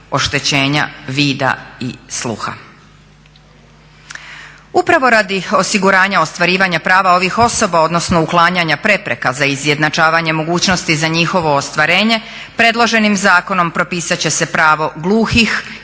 oštećenja vida i sluha. Upravo radi osiguranja ostvarivanja prava ovih osoba, odnosno uklanjanja prepreka za izjednačavanje mogućnosti za njihovo ostvarenje predloženim zakonom propisat će se pravo gluhih i